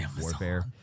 warfare